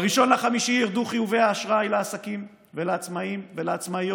ב-1 במאי ירדו חיובי האשראי לעסקים ולעצמאים ולעצמאיות,